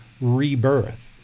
rebirth